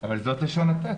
אבל זה לשון הטקסט.